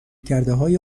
کردههای